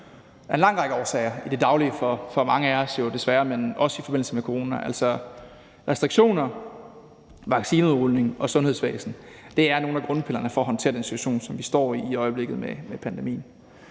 af en lang række årsager i det daglige for mange af os, desværre, men også i forbindelse med corona. Restriktionerne, vaccineudrulningen og sundhedsvæsenet er nogle af grundpillerne for at håndtere den situation, som vi står i i øjeblikket med pandemien.